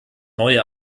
neue